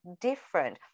different